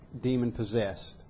demon-possessed